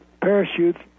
parachutes